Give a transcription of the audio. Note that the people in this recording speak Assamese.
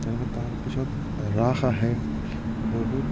তাৰপিছত ৰাস আহে বহুত